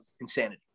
insanity